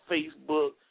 Facebook